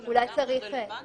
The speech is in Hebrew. גם רלוונטית.